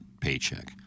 paycheck